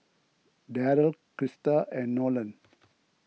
Darryl Krista and Nolan